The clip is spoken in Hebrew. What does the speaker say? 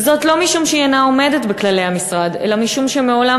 ולא משום שהיא אינה עומדת בכללי המשרד אלא משום שמעולם